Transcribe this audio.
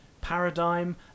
paradigm